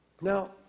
Now